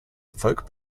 folk